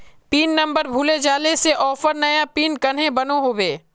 Pin number भूले जाले से ऑफर नया पिन कन्हे बनो होबे?